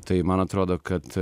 tai man atrodo kad